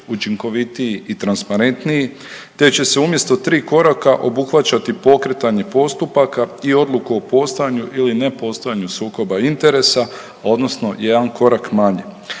učinkovitiji i transparentniji te će se umjesto tri koraka obuhvaćati pokretanje postupaka i odluku o postojanju ili ne postojanju sukoba interesa odnosno jedan korak manje.